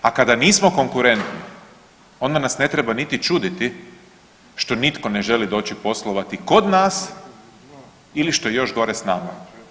A kada nismo konkurentni onda nas ne treba niti čuditi što nitko ne želi doći poslovati kod nas ili što je još gore s nama.